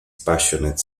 passionate